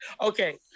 Okay